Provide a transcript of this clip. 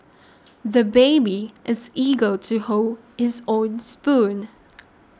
the baby is eager to hold his own spoon